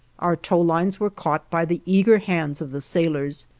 our tow lines were caught by the eager hands of the sailors,